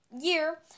year